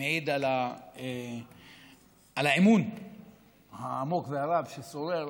זה מעיד על האמון העמוק והרב ששורר